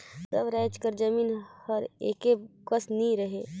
सब राएज कर जमीन हर एके कस नी रहें